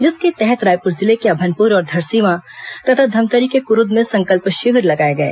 जिसके तहत रायपुर जिले के अभनपुर और धरसींवा तथा धमतरी के कुरूद में संकल्प शिविर लगाए गए